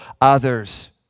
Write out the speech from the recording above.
others